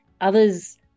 others